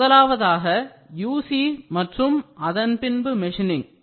முதலாவதாக UC மற்றும் அதன் பின்பு மெஷினிங்